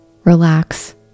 Relax